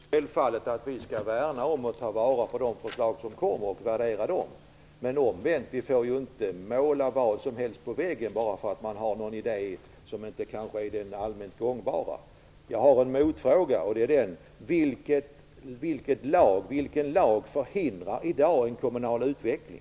Fru talman! Det är självklart att vi skall värna om och ta vara på de förslag som kommer. Men omvänt får vi inte måla vad som helst på väggen bara för att man har en idé som inte är den allmänt gångbara. Jag har en motfråga. Vilken lag förhindrar i dag en kommunal utveckling?